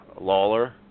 Lawler